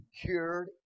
cured